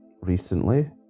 recently